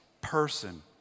person